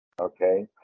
Okay